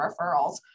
referrals